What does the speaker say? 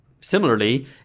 similarly